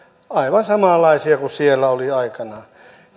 aivan samanlaisia kuin siellä oli aikanaan